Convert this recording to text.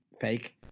fake